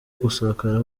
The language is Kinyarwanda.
gusakara